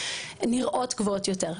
נראות גבוהות יותר.